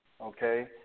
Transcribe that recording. okay